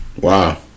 Wow